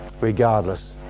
regardless